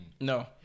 No